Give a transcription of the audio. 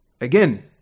again